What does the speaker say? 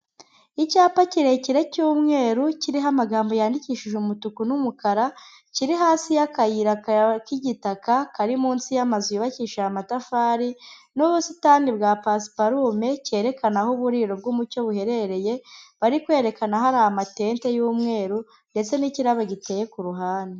Icyapa kirekire cy'umweru kiriho amagambo yandikishije umutuku n'umukara, kiri hasi y'akayira k'igitaka kari munsi y'amazu yubakishije amatafari n'ubusitani bwa pasuparume, kerekana aho uburiro bw'umucyo buherereye bari kwerekana hari amatente y'umweru ndetse n'ikirabo giteye ku ruhande.